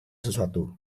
sesuatu